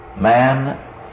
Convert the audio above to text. man